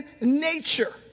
nature